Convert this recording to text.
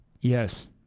Yes